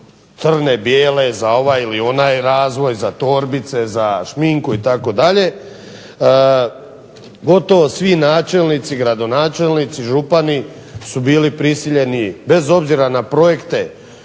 crne, bijele, za ovaj ili onaj razvoj, za torbice, za šminku itd., gotovo svi načelnici, gradonačelnici, župani su bili prisiljeni, bez obzira na projekte